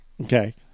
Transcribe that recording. Okay